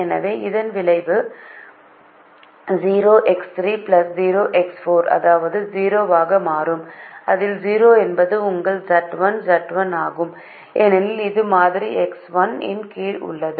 எனவே இதன் விளைவு அதாவது 0 ஆக மாறும் இதில் 0 என்பது உங்கள் Z1 Z1 ஆகும் ஏனெனில் இது மாறி X1 இன் கீழ் உள்ளது